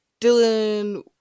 Dylan